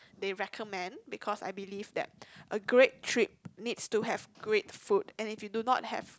they recommend because I believe that a great trip needs to have great food and if you do not have